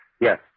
Yes